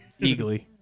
Eagly